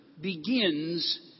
begins